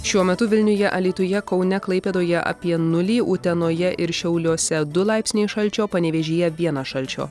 šiuo metu vilniuje alytuje kaune klaipėdoje apie nulį utenoje ir šiauliuose du laipsniai šalčio panevėžyje vienas šalčio